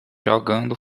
jogando